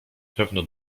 pewno